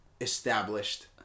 established